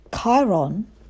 Chiron